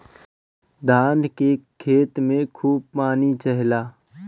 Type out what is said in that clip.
धान के खेत में खूब पानी चाहेला